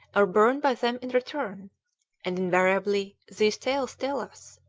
or burned by them in return and invariably, these tales tell us,